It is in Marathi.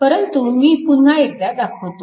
परंतु मी पुन्हा एकदा दाखवतो